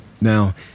Now